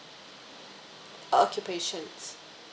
occupations